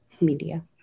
media